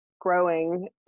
growing